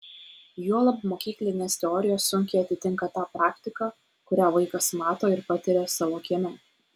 juolab mokyklinės teorijos sunkiai atitinka tą praktiką kurią vaikas mato ir patiria savo kieme